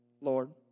Lord